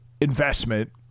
investment